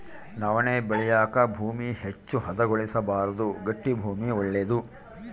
ನವಣೆ ಬೆಳೆಯಾಕ ಭೂಮಿ ಹೆಚ್ಚು ಹದಗೊಳಿಸಬಾರ್ದು ಗಟ್ಟಿ ಭೂಮಿ ಒಳ್ಳೇದು